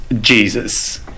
Jesus